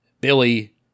Billy